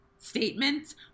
statements